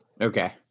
Okay